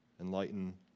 Enlighten